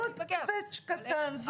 עוד קווץ' קטן.